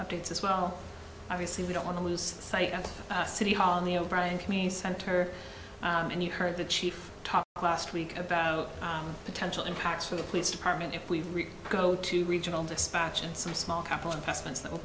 updates as well obviously we don't want to lose sight at city hall in the o'brien community center and you heard the chief talk classed week about potential impacts for the police department if we go to regional dispatch in some small cattle investments that will